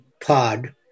pod